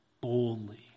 boldly